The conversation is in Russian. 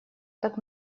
так